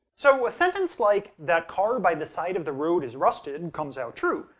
so, a sentence like that car by the side of the road is rusted and comes out true,